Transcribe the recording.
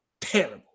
terrible